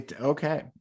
Okay